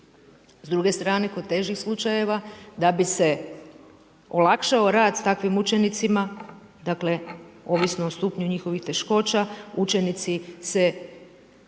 S druge strane, kod težih slučajeva da bi se olakšao rad s takvim učenicima, dakle, ovisno o stupnju njihovih teškoća, učenici se,